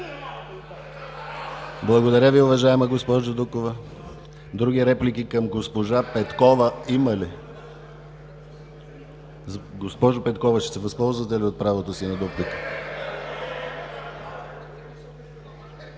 Благодаря Ви, уважаема госпожо Дукова. Други реплики към госпожа Петкова има ли? Госпожо Петкова, ще се възползвате ли от правото си на дуплика?